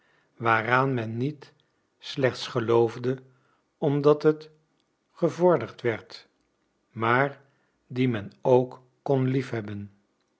waaraan men niet slechts geloofde omdat het gevorderd werd maar dien men ook kon liefhebben